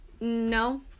no